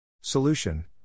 Solution